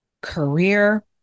career